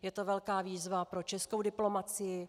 Je to velká výzva pro českou diplomacii.